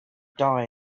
die